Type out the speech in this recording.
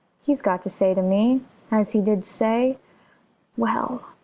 he's got to say to me as he did say well,